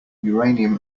uranium